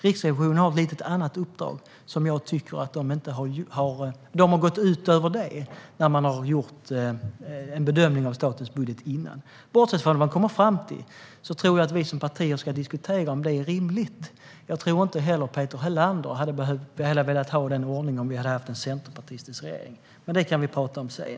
Riksrevisionen har ett lite annat uppdrag, och jag tycker att det har gått ut över detta när man tidigare har gjort en bedömning av statens budget. Bortsett från vad man kommer fram till tror jag att vi som partier ska diskutera om det är rimligt. Jag tror inte att Peter Helander heller hade velat ha den ordningen om vi hade haft en centerpartistisk regering. Det kan vi dock tala om sedan.